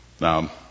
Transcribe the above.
Now